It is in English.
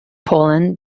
poland